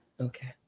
Okay